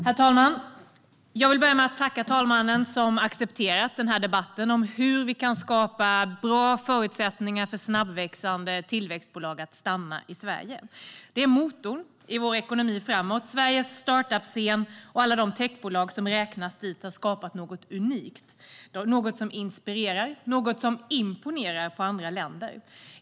Herr talman! Jag vill börja med att tacka talmannen, som accepterat denna debatt om hur vi kan skapa bra förutsättningar för snabbväxande tillväxtbolag att stanna i Sverige. De är motorn i vår ekonomi framöver. Sveriges startup-scen och alla de techbolag som räknas dit har skapat något unikt, något som inspirerar och något som imponerar på andra länder.